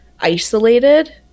isolated